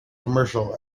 commercial